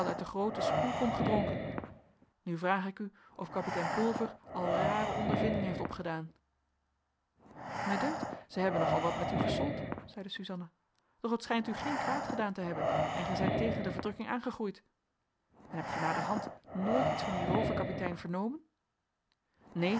uit de groote spoelkom gedronken nu vraag ik u of kapitein pulver al rare ondervinding heeft opgedaan mij dunkt zij hebben nogal wat met u gesold zeide suzanna doch het schijnt u geen kwaad gedaan te hebben en gij zijt tegen de verdrukking aangegroeid en hebt gij naderhand nooit iets van dien rooverkapitein vernomen neen